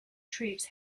troops